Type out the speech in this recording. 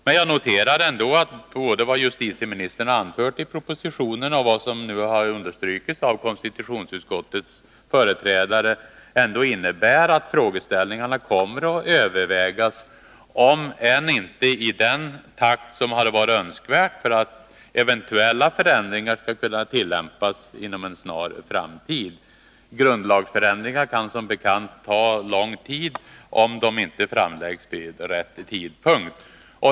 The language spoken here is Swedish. Men jag noterar att både vad justitieministern anfört i propositionen och vad som nu understrukits av konstitutionsutskottets företrädare ändå innebär att frågeställningarna kommer att övervägas, om än inte i den takt som hade varit önskvärd för att eventuella förändringar skall kunna tillämpas inom en snar framtid. Grundlagsförändringar kan som bekant ta lång tid, om förslagen till sådana inte framläggs vid rätt tidpunkt.